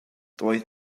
doedd